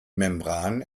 membran